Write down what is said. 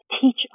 teach